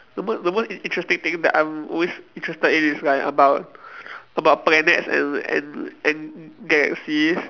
the most the most in~ interesting thing that I'm always interested in is like about about planets and and and galaxies